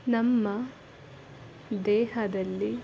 ನಮ್ಮ ದೇಹದಲ್ಲಿ